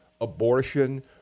abortion